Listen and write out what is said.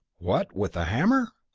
what, with a hammer!